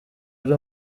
ari